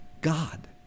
God